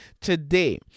today